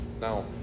Now